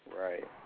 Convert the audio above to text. Right